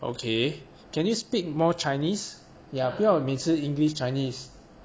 okay can you speak more chinese ya 不要每次 english chinese okay